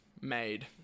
made